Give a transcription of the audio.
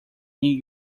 new